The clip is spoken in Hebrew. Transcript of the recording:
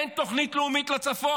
אין תוכנית לאומית לצפון.